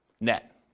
net